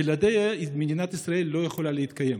בלעדיה מדינת ישראל לא יכולה להתקיים.